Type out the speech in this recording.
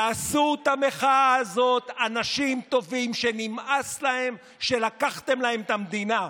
יעשו את המחאה הזאת אנשים טובים שנמאס להם שלקחתם להם את המדינה.